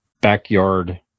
backyard